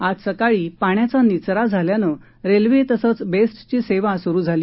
आज सकाळी पाण्याचा निचरा झाल्यानं रेल्वे तसंच बेस्टची सेवा सुरू झाली